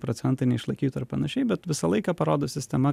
procentai neišlaikytų ir panašiai bet visą laiką parodo sistema